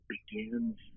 begins